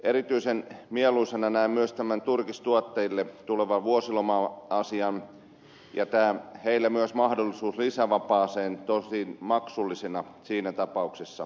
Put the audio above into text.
erityisen mieluisana näen myös tämän turkistuottajille tulevan vuosiloma asian ja myös mahdollisuuden heille tähän lisävapaaseen tosin maksullisena siinä tapauksessa